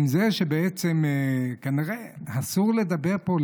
שבעצם כנראה אסור לדבר פה,